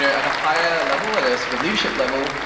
ah at a higher level, at a sort of leadership level,